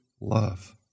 love